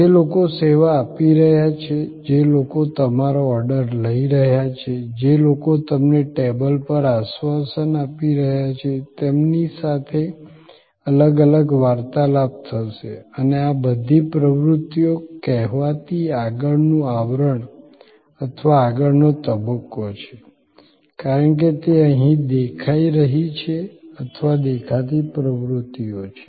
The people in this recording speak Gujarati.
જે લોકો સેવા આપી રહ્યા છે જે લોકો તમારો ઓર્ડર લઈ રહ્યા છે જે લોકો તમને ટેબલ પર આશ્વાસન આપી રહ્યા છે તેમની સાથે અલગ અલગ વાર્તાલાપ થશે અને આ બધી પ્રવૃત્તિઓ કહેવાતી આગળનું આવરણ અથવા આગળનો તબક્કો છે કારણ કે તે અહીં દેખાઈ રહી છે અથવા દેખાતી પ્રવૃત્તિઓ છે